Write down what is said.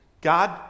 God